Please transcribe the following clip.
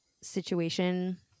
situation